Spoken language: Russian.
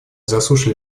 заслушали